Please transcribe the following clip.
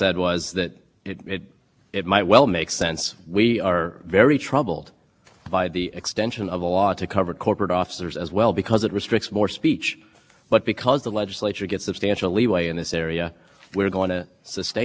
legislature gets substantial leeway in this area we're going to stay in it but the flip side of that it seems to me is that the legislature should have freedom to decide that it doesn't want to restrict more speech by extending the law to corporate officers course there is a another